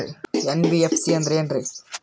NBFC ಅಂದ್ರ ಏನ್ರೀ?